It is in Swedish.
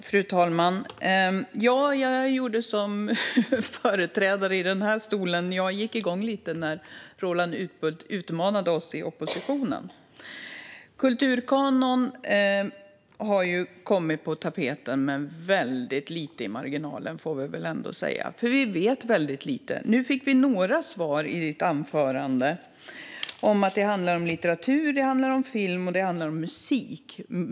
Fru talman! Precis som den förra replikören gick jag igång lite när Roland Utbult utmanade oss i oppositionen. Kulturkanon har ju kommit på tapeten - men väldigt lite och i marginalen, får vi väl ändå säga. Vi vet väldigt lite. Nu fick vi några svar i ditt anförande: Det handlar om litteratur, det handlar om film och det handlar om musik.